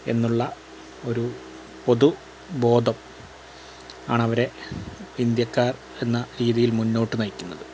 എന്നുള്ള ഒരു പൊതു ബോധം ആണ് അവരെ ഇന്ത്യക്കാർ എന്ന രീതിയിൽ മുന്നോട്ടു നയിക്കുന്നത്